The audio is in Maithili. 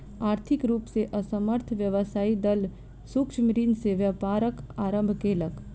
आर्थिक रूप से असमर्थ व्यवसायी दल सूक्ष्म ऋण से व्यापारक आरम्भ केलक